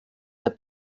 der